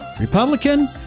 Republican